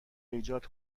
ایجاد